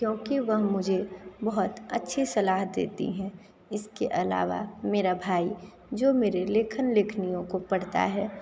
क्योंकि वह मुझे बहुत अच्छी सलाह देती है इसके अलावा मेरा भाई जो मेरे लेखन लेखनियों को पढ़ता है